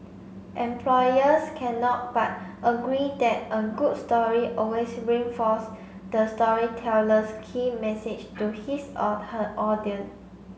employers cannot but agree that a good story always reinforce the storyteller's key message to his or her audience